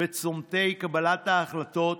בצומתי קבלת ההחלטות